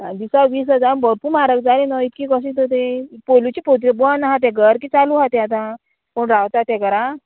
दिसा वीस हजार भरपूर म्हारग जाले न्हू इतकी कशी ती पोलुची पोर्तुगेज बंद आहा ते घर की चालू आहा ते आतां कोण रावता ते घरा